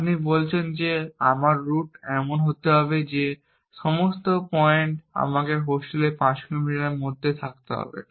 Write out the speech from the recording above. আপনি বলছেন যে আমার রুট এমন হতে হবে যে সমস্ত পয়েন্ট আমাকে হোস্টেলের 5 কিলোমিটারের মধ্যে থাকতে হবে